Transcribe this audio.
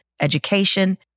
education